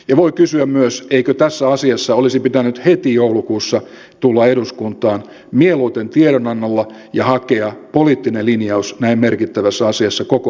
ja voi kysyä myös eikö tässä asiassa olisi pitänyt heti joulukuussa tulla eduskuntaan mieluiten tiedonannolla ja hakea poliittinen linjaus näin merkittävässä asiassa koko eduskunnalta